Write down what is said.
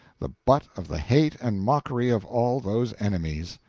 the butt of the hate and mockery of all those enemies.